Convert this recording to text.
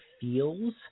feels